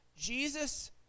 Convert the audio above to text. Jesus